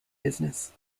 business